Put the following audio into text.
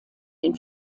den